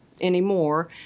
anymore